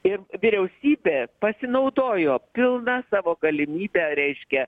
ir vyriausybė pasinaudojo pilna savo galimybe reiškia